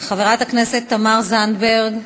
חברת הכנסת תמר זנדברג,